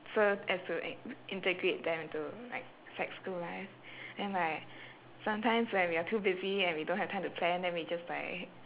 so as to int~ integrate them into sec school life then like sometimes when we are too busy and we don't have time to plan then we just like